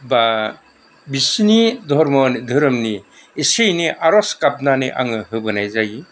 बा बिसिनि धरम धोरोमनि एसे एनै आर'ज गाबनानै आङो होबोनाय जायो